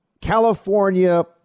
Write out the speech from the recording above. California